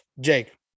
Jake